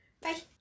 Bye